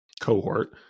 cohort